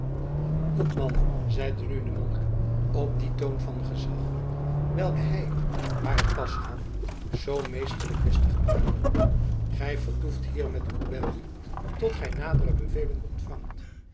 hopman zeide nu de monnik op dien toon van gezag welken hij waar het pas gaf zoo meesterlijk wist te gebruiken gij vertoeft hier met uw bende tot gij nadere bevelen ontvangt